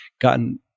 gotten